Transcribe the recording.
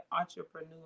entrepreneur